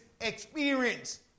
experience